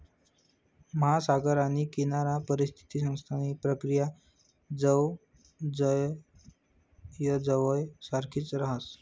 महासागर आणि किनाराना परिसंस्थांसनी प्रक्रिया जवयजवय सारखीच राहस